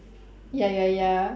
ya ya ya